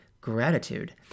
gratitude